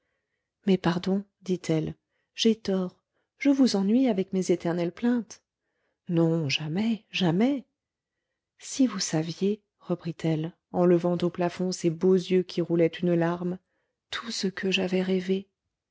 mais pardon dit-elle j'ai tort je vous ennuie avec mes éternelles plaintes non jamais jamais si vous saviez reprit-elle en levant au plafond ses beaux yeux qui roulaient une larme tout ce que j'avais rêvé